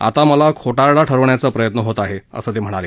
आता मला खोटारडा ठरवण्याचा प्रयत्न होत आहे असं उद्घव म्हणाले